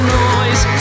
noise